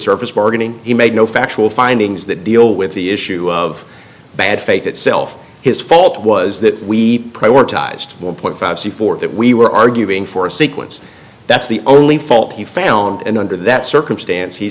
surface bargaining he made no factual findings that deal with the issue of bad faith itself his fault was that we prioritized one point five c four that we were arguing for a sequence that's the only fault he found and under that circumstance he